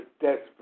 desperate